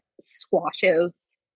squashes